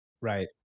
Right